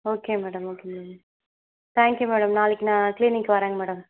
okay madam okay madam thank you madam நாளைக்கு நான் clinic வரேங்க மேடம்